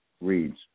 reads